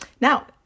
now